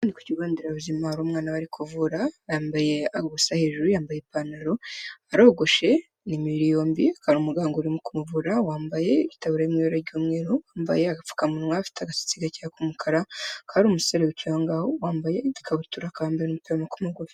Hano ku kigo nderabuzima hari umwana bari kuvura yambaye ubusa hejuru ,yambaye ipantaro ,arogoshe, ni imibiri yombi ,hakaba umuganga uri ku muvura wambaye itaburiya iri mu ibara ry'umweru ,wambaye agapfukamunwa .afite agasatsi gake kumukara, hakaba hari umusore wicaye aho ngaho ,wambaye ikabutura n'agapira k'amaboko magufi.